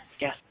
Yes